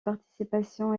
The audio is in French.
participation